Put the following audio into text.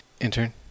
Intern